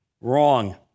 Wrong